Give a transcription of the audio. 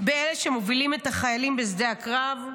באלה שמובילים את החיילים בשדה הקרב?